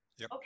Okay